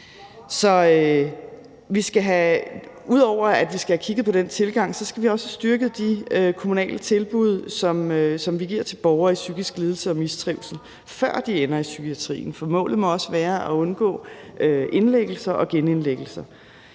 ud over at vi skal have kigget på den tilgang, skal vi også have styrket de kommunale tilbud, som vi giver til borgere med psykiske lidelser og i mistrivsel, før de ender i psykiatrien, for målet må også være at undgå indlæggelser og genindlæggelser.